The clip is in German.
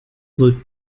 soll